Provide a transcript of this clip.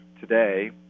today